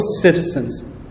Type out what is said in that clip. citizens